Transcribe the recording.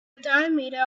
diameter